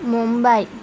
Mumbai